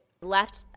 left